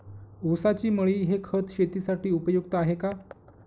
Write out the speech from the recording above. ऊसाची मळी हे खत शेतीसाठी उपयुक्त आहे का?